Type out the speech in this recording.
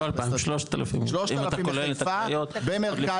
לא, 2000, 3000, אם אתה כולל את הקריות, לפני